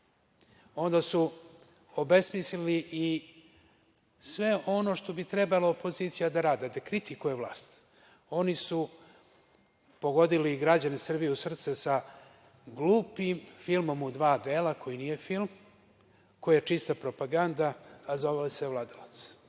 Onda su obesmislili i sve ono što bi trebalo opozicija da radi, da kritikuje vlast, oni su pogodili građane Srbije u srce sa glupim filmom u dva dela, koji nije film, koji je čista propaganda, a zove se „Vladalac“.Svako